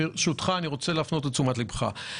ברשותך, אני רוצה להפנות את תשומת ליבך.